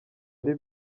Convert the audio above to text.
ari